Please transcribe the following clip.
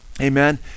Amen